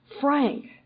Frank